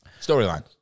Storyline